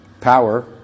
power